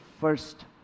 first